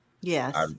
Yes